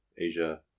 Asia